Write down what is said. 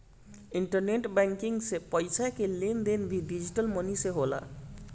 internet banking से पईसा कअ लेन देन भी डिजटल मनी से होला